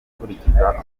gukurikiza